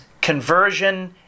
conversion